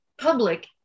public